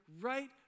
right